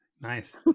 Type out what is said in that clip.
Nice